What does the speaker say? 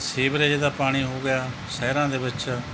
sewerage ਦਾ ਪਾਣੀ ਹੋ ਗਿਆ ਸ਼ਹਿਰਾਂ ਦੇ ਵਿੱਚ